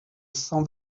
cent